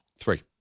Three